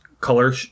color